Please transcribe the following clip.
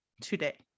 today